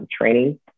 training